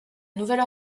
nouvelle